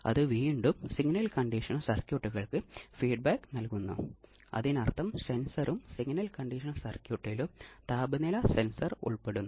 ഇനി ഓപ്പറേറ്റിംഗ് ആവൃത്തിയെ അടിസ്ഥാനമാക്കി നമുക്ക് എങ്ങനെ ഓസിലേറ്ററുകളെ തരംതിരിക്കാം